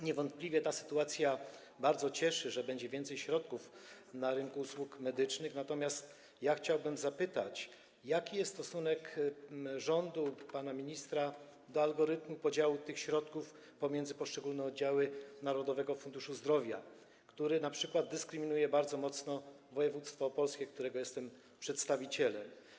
Niewątpliwie bardzo cieszy, że będzie więcej środków na rynku usług medycznych, natomiast chciałbym zapytać: Jaki jest stosunek rządu, pana ministra, do algorytmu podziału tych środków pomiędzy poszczególne oddziały Narodowego Funduszu Zdrowia, który np. bardzo mocno dyskryminuje województwo opolskie, którego jestem przedstawicielem?